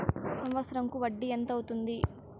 సంవత్సరం కు వడ్డీ ఎంత అవుతుంది?